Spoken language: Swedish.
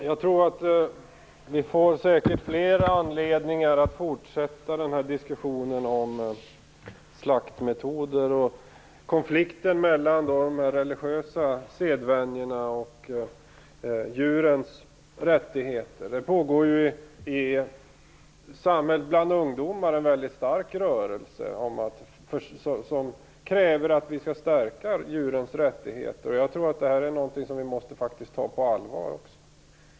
Fru talman! Jag tror att vi säkert får flera anledningar att fortsätta diskussionen om slaktmetoder och om konflikten mellan de religiösa sedvänjorna och djurens rättigheter. Det pågår bland ungdomar en väldigt stark rörelse med krav på att djurens rättigheter skall stärkas. Jag tror att det är någonting som vi faktiskt måste ta på allvar.